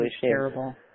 terrible